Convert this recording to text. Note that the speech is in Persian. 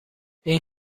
این